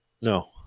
No